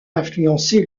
influencé